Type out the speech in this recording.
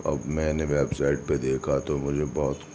اب میں نے ویب سائٹ پہ دیکھا تو مجھے بہت